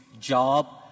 job